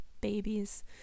babies